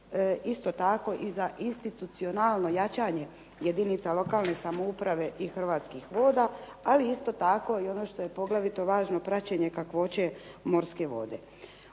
isto tako i za institucionalno jačanje jedinica lokalne samouprave i Hrvatskih voda, ali isto tako i ono što je poglavito važno praćenje kakvoće morske vode.